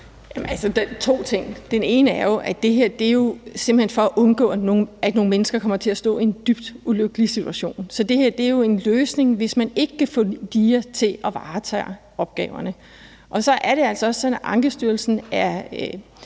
det her jo simpelt hen er for at undgå, at nogle mennesker kommer til at stå i en dybt ulykkelig situation. Så det her er jo en løsning, hvis man ikke kan få DIA til at varetage opgaverne. Det andet er, at det altså også